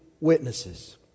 witnesses